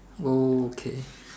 okay